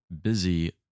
busy